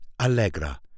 Allegra